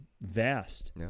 vast